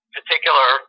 particular